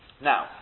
Now